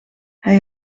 hij